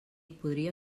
podria